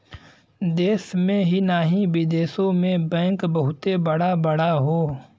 देश में ही नाही बिदेशो मे बैंक बहुते बड़ा बड़ा हौ